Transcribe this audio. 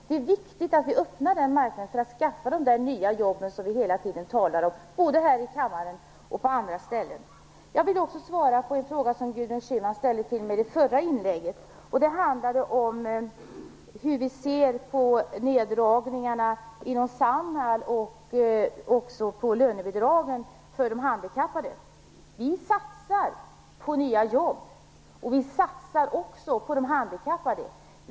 Det är viktigt att vi öppnar den marknaden för att skaffa de nya jobb som vi hela tiden talar om, både här i kammaren och på andra ställen. Schyman ställde till mig i det förra inlägget. Den handlade om hur vi ser på neddragningarna inom Samhall och på lönebidragen för de handikappade. Vi satsar på nya jobb, och vi satsar också på de handikappade.